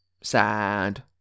sad